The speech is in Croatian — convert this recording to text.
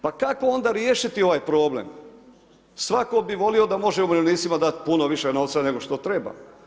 Pa kako onda riješiti ovaj problem? svatko bi volio da može umirovljenicima dat puno više novca nego što treba.